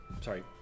sorry